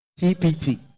TPT